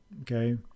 okay